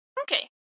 Okay